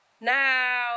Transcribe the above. Now